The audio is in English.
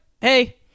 hey